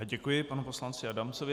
Děkuji panu poslanci Adamcovi.